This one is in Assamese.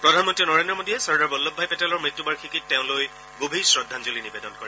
প্ৰধানমন্ত্ৰী নৰেন্দ্ৰ মোদীয়ে চৰ্দাৰ বল্লভভাই পেটেলৰ মৃত্যু বাৰ্ষিকীত তেওঁলৈ গভীৰ শ্ৰদ্ধাঞ্জলি নিবেদন কৰে